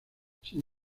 sin